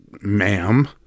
ma'am